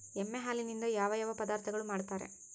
ಎಮ್ಮೆ ಹಾಲಿನಿಂದ ಯಾವ ಯಾವ ಪದಾರ್ಥಗಳು ಮಾಡ್ತಾರೆ?